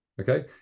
Okay